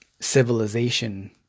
civilization